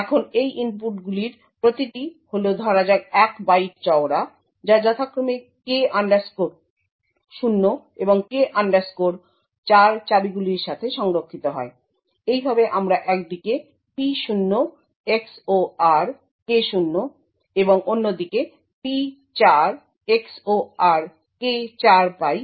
এখন এই ইনপুটগুলির প্রতিটি হল ধরা যাক এক বাইট চওড়া যা যথাক্রমে K 0 এবং K 4 চাবিগুলির সাথে সংরক্ষিত হয় এইভাবে আমরা একদিকে P0 XOR K0 এবং অন্যদিকে P4 XOR K4 পাই